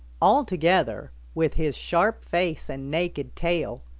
altogether, with his sharp face and naked tail,